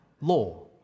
law